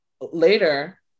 later